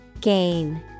Gain